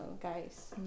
guys